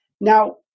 Now